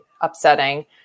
upsetting